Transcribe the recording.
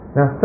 Now